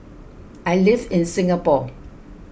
I live in Singapore